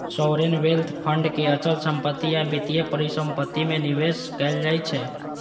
sovereign wealth fund के अचल संपत्ति आ वित्तीय परिसंपत्ति मे निवेश कैल जाइ छै